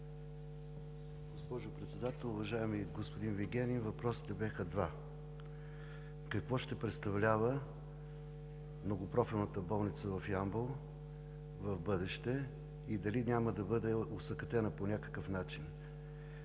Госпожо Председател, уважаеми господин Вигенин, въпросите бяха два: какво ще представлява Многопрофилната болница в Ямбол в бъдеще и дали няма да бъде осакатена по някакъв начин?